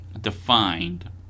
defined